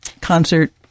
concert